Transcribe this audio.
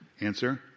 Answer